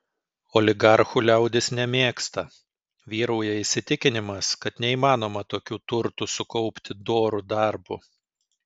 oligarchų liaudis nemėgsta vyrauja įsitikinimas kad neįmanoma tokių turtų sukaupti doru darbu